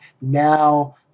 Now